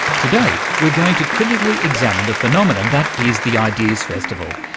today we're going to critically examine the phenomenon that is the ideas festival,